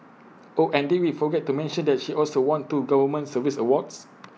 oh and did we forget to mention that she also won two government service awards